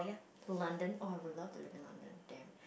London oh I would love to live in London damn